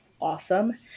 Awesome